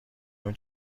اون